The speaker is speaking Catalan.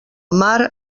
mar